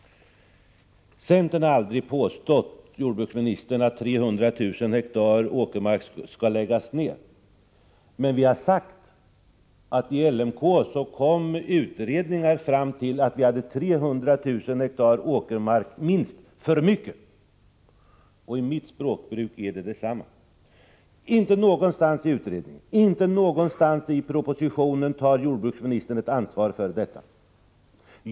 Centern har aldrig påstått att 300 000 hektar åkermark skall läggas ned, men centern har sagt att LMK-utredningar har visat att vi har minst 300 000 hektar åkermark för mycket. Och i mitt språkbruk är detta detsamma som nedläggning. Inte någonstans i utredningen och inte någonstans i propositionen tar jordbruksministern ansvar för detta.